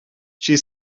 she